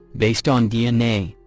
based on dna,